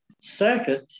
Second